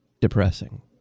depressing